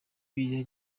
bibiliya